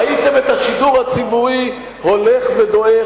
ראיתם את השידור הציבורי הולך ודועך,